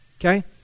okay